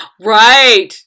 Right